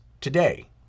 today